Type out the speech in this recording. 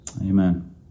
Amen